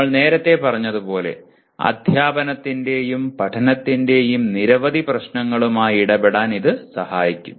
നമ്മൾ നേരത്തെ പറഞ്ഞതുപോലെ അദ്ധ്യാപനത്തിന്റെയും പഠനത്തിന്റെയും നിരവധി പ്രശ്നങ്ങളുമായി ഇടപെടാൻ ഇത് സഹായിക്കും